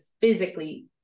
physically